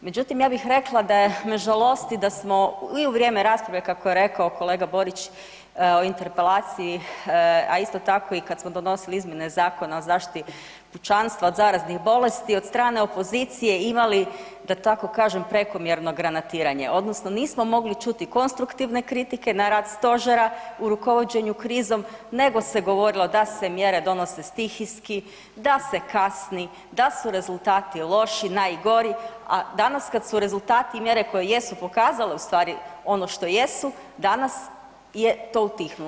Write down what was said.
Međutim, ja bih rekla da me žalosti da smo i u vrijeme rasprave kako je rekao kolega Borić o interpelaciji, a isto tako i kad smo donosili izmjene Zakona o zaštiti pučanstva od zaraznih bolesti od strane opozicije imali da tako kažem prekomjerno granatiranje odnosno nismo mogli čuti konstruktivne kritike na rad stožera u rukovođenju krizom nego se govorilo da se mjere donose stihijski, da se kasni, da su rezultati loši, najgori, a danas kad su rezultati i mjere koje jesu pokazale u stvari ono što jesu danas je to utihnulo.